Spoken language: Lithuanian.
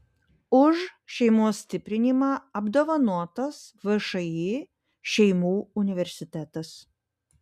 už šeimos stiprinimą apdovanotas všį šeimų universitetas